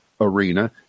arena